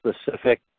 specific